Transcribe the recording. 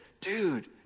dude